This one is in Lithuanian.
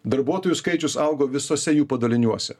darbuotojų skaičius augo visose jų padaliniuose